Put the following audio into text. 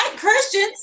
Christians